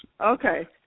Okay